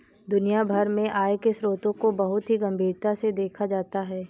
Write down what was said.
दुनिया भर में आय के स्रोतों को बहुत ही गम्भीरता से देखा जाता है